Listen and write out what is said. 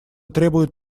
требует